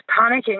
panicking